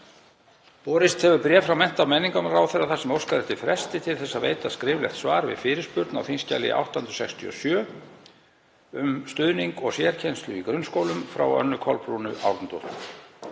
Borist hefur bréf frá mennta- og menningarmálaráðherra þar sem óskað er eftir fresti til þess að veita skriflegt svar við fyrirspurn á þskj. 867, um stuðning og sérkennslu í grunnskólum, frá Önnu Kolbrúnu Árnadóttur.